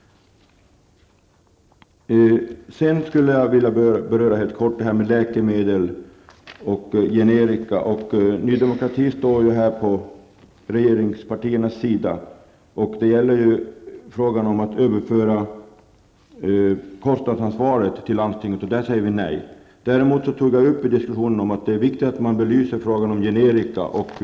Sedan skulle jag helt kort vilja beröra frågan om läkemedel och generika. Ny Demokrati står här på regeringspartiernas sida. I frågan om att överföra kostnadsansvaret till landstingen säger vi nej. Däremot tog jag i diskussionen upp att det är viktigt att man belyser frågan om generika.